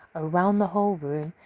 around the whole room,